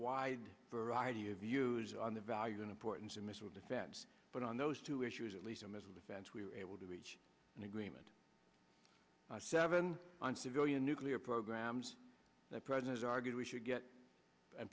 wide variety of views on the value and importance of missile defense but on those two issues at least on missile defense we were able to reach an agreement seven on civilian nuclear programs the president argued we should get